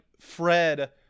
fred